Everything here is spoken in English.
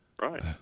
right